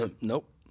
Nope